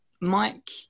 Mike